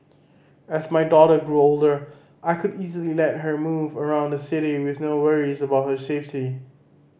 as my daughter grew older I could easily let her move around the city with no worries about her safety